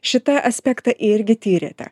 šitą aspektą irgi tyrėte